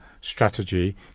strategy